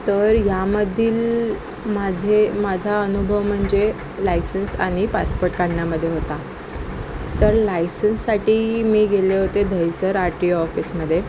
तर यामधील माझे माझा अनुभव म्हणजे लायसन्स आणि पासपोर्ट काढण्यामध्ये होता तर लायसन्ससाठी मी गेले होते दहिसर आर टी ओ ऑफिसमध्ये